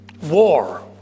War